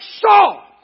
saw